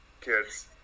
kids